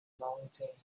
mountaineer